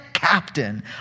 Captain